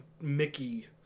Mickey